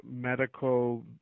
medical